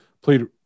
played